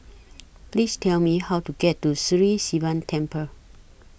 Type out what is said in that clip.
Please Tell Me How to get to Sri Sivan Temple